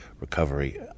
recovery